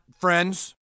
friends